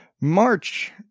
March